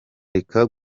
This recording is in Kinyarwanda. reka